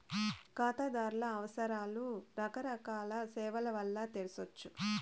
కాతాదార్ల అవసరాలు రకరకాల సేవల్ల వల్ల తెర్సొచ్చు